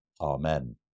Amen